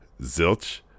Zilch